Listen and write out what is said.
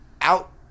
out